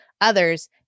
Others